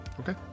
okay